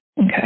Okay